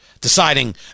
Deciding